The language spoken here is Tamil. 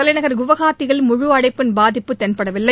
தலைநகர் குவஹாத்தியில் முழு அடைப்பின் பாதிப்பு தென்பட வில்லை